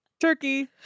Turkey